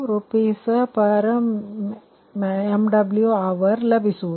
40 RsMWhr ಲಭಿಸುವುದು